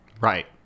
right